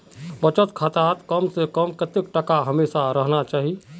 बचत खातात कम से कम कतेक टका हमेशा रहना चही?